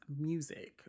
music